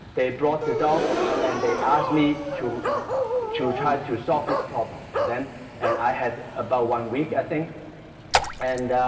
they brought the dog and they asked me to to try to solve this problem for them and i had about one week i think and